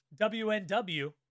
WNW